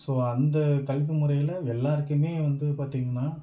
so அந்த கல்வி முறையில் எல்லாருக்குமே வந்து பார்த்திங்கன்னா